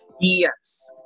Yes